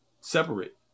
separate